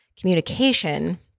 communication